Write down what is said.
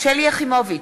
שלי יחימוביץ,